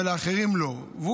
ולאחרים לא,